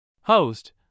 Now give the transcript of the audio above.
Host